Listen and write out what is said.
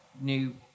new